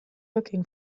looking